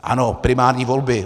Ano, primární volby.